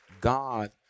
God